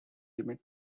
limit